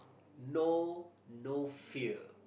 know no fear